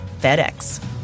FedEx